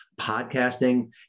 podcasting